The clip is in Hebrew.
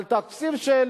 מתקציב של